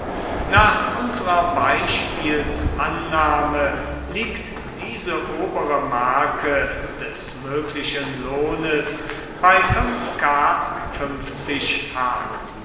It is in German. nach unserer beispielsannahme liegt diese obere marke des möglichen lohnes bei ö k h